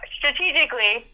strategically